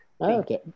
Okay